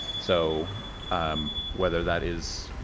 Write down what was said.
so um whether that is